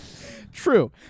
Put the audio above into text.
True